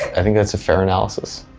i think that's a fair analysis.